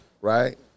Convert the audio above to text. right